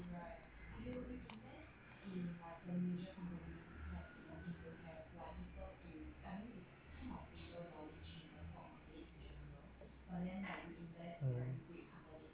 um